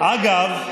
אגב,